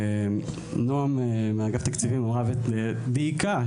נעם מאגף תקציבים אמרה ודייקה: